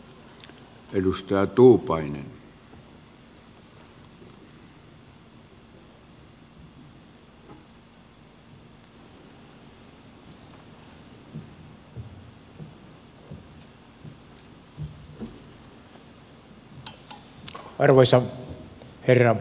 arvoisa herra puhemies